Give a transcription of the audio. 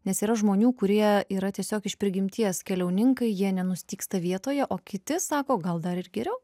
nes yra žmonių kurie yra tiesiog iš prigimties keliauninkai jie nenustygsta vietoje o kiti sako gal dar ir geriau